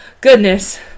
goodness